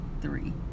three